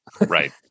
Right